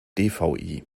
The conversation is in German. dvi